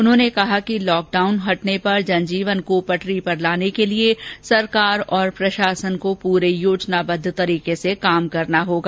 उन्होंने कहा कि लाकडाउन हटने पर जनजीवन को पटरी पर लाने के लिए सरकार और प्रशासन को पूरे योजनाबद्व तरीके से काम करना होगा